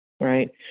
right